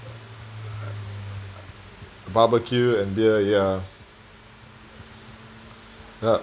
barbecue and beer yeah ya